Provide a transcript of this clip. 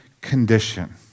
condition